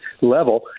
level